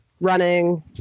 running